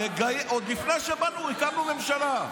עוד לפני שבאנו והקמנו את הממשלה.